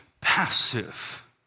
passive